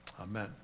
Amen